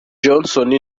jason